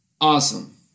awesome